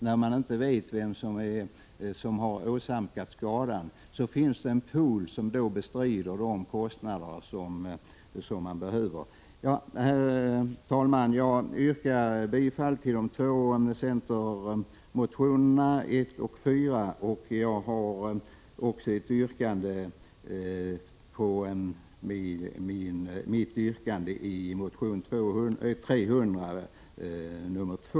När man inte vet vem som åsamkat skadan finns det en pool som bestrider de kostnader som uppkommit. Herr talman! Jag yrkar bifall till de två centerreservationerna 1 och 4 samt till motion 300, yrkande 3.